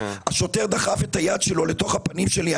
השוטר דחף את היד שלו אל תוך הפנים שלי.